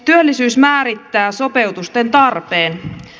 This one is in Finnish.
työllisyys määrittää sopeutusten tarpeen